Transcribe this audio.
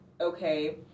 okay